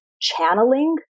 channeling